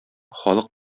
халык